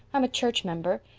i'm a church member.